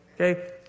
okay